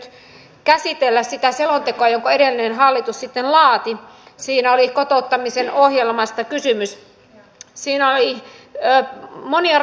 perussuomalaiset luottavat siihen että ministeri stubb tarkastaa jatkossa tiedot joita hän käyttää vastauksissaan eduskunnalle ja valvoo ja parantaa toimintakäytäntöjä ministeriössään